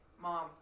Mom